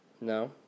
No